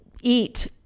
eat